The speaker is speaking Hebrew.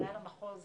מנהל המחוז